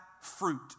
fruit